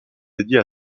dédiée